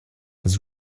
his